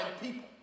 people